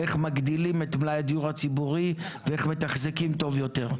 איך מגדילים את מלאי הדיור הציבורי ואיך מתחזקים טוב יותר.